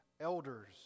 elders